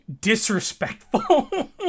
disrespectful